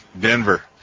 Denver